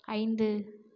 ஐந்து